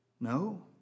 No